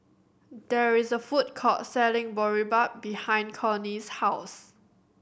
there is a food court selling Boribap behind Connie's house